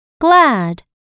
glad